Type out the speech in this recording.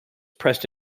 pressed